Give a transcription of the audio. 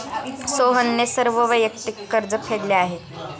सोहनने सर्व वैयक्तिक कर्ज फेडले आहे